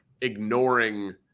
ignoring